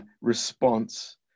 response